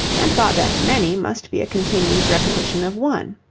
and thought that many must be a continued repetition of one.